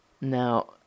Now